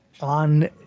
on